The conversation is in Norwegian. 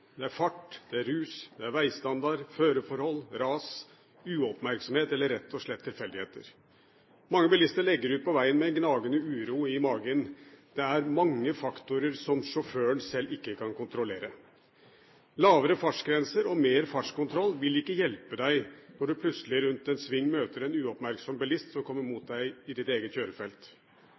er rus, det er vegstandard, føreforhold, ras, uoppmerksomhet eller rett og slett tilfeldigheter. Mange bilister legger ut på vegen med gnagende uro i magen. Det er mange faktorer som sjåføren selv ikke kan kontrollere. Lavere fartsgrenser og mer fartskontroll vil ikke hjelpe deg når du plutselig rundt en sving møter en uoppmerksom bilist som kommer mot deg i ditt eget kjørefelt.